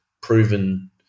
proven